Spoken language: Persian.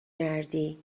کردی